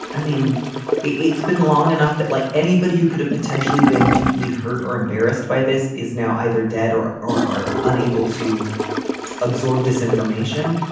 i mean it's been long enough that like anybody who could have potentially been deeply hurt or embarrassed by this is now either dead or or are unable to absorb this information.